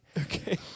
Okay